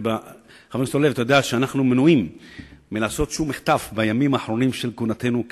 אתה יודע שאנו מנועים מלעשות מחטף בימים האחרונים של כהונתנו,